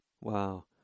Wow